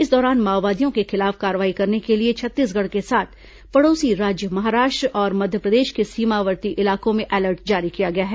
इस दौरान माओवादियों के खिलाफ कार्रवाई करने के लिए छत्तीसगढ़ के साथ पड़ोसी राज्य महाराष्ट्र और मध्यप्रदेश के सीमावर्ती इलाकों में अलर्ट जारी किया गया है